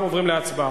אנחנו עוברים להצבעה.